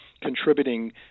contributing